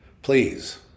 Please